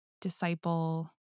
disciple